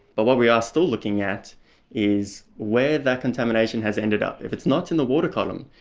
but what we are still looking at is where that contamination has ended up. if it's not in the water column,